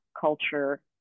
culture